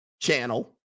channel